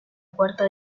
cuarta